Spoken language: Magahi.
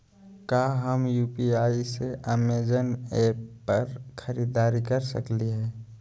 का हम यू.पी.आई से अमेजन ऐप पर खरीदारी के सकली हई?